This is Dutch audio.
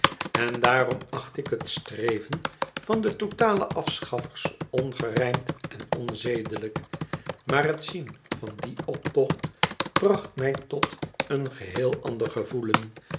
en daarom acht ik het streven van de totale afschaffers ongerijmd en onzedelijk maar het zien van dien optocht bracht mij tot een geheel ander gevoelen